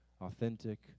authentic